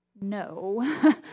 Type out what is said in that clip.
no